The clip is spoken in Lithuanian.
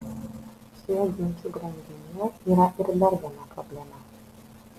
šioje ginčų grandinėje yra ir dar viena problema